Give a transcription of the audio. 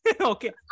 Okay